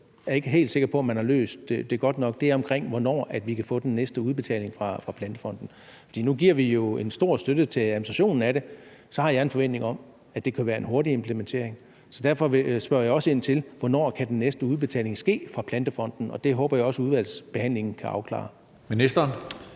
jeg ikke er helt sikker på at man har løst godt nok, handler om, hvornår vi kan få den næste udbetaling fra Plantefonden. For nu giver vi jo en stor støtte til administrationen af det, og så har jeg en forventning om, at det kan være en hurtig implementering. Så derfor spørger jeg også ind til, hvornår den næste udbetaling kan ske fra Plantefonden. Og det håber jeg også at udvalgsbehandlingen kan afklare.